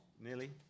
Nearly